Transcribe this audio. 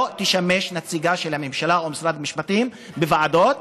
תשמש נציגה של הממשלה או משרד המשפטים בוועדות,